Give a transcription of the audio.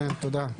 יאללה.